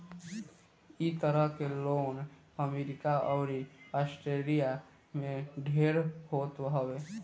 इ तरह के लोन अमेरिका अउरी आस्ट्रेलिया में ढेर होत हवे